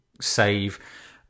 save